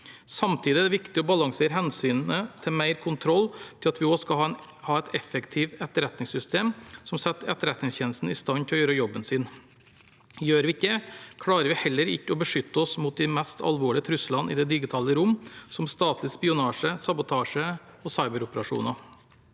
Samtidig er det viktig å balansere hensynet til mer kontroll opp mot at vi også skal ha et effektivt etterretningssystem som setter Etterretningstjenesten i stand til å gjøre jobben sin. Gjør vi ikke det, klarer vi heller ikke å beskytte oss mot de mest alvorlige truslene i det digitale rom, som statlig spionasje, sabotasje og cyberoperasjoner.